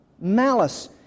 Malice